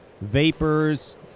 vapors